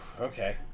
okay